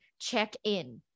check-in